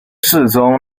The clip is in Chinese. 世宗